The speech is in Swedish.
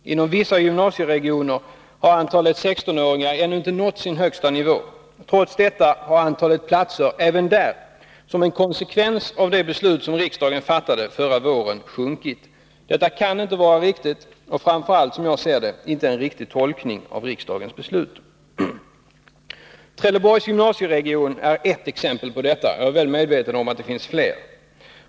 Inom vissa gymnasieregioner har antalet 16-åringar ännu inte nått sin högsta nivå. Trots detta har antalet platser även där, som en konsekvens av det beslut som riksdagen fattade förra våren, sjunkit. Detta kan inte vara riktigt. Framför allt har man som jag ser det inte gjort en riktig tolkning av riksdagens beslut. Trelleborgs gymnasieregion är ett exempel på detta — jag är väl medveten om att det finns fler.